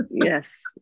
Yes